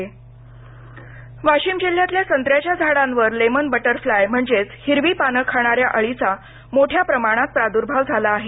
अळी वाशिम जिल्ह्यातील संत्र्याच्या झाडांवर लेमन बटरफ्लाय म्हणजेच हिरवी पाने खाणाऱ्या अळीचा मोठ्या प्रमाणात प्रादूर्भाव झाला आहे